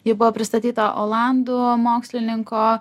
ji buvo pristatyta olandų mokslininko